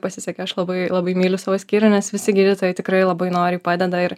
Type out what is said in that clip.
pasisekė aš labai labai myliu savo skyrių nes visi gydytojai tikrai labai noriai padeda ir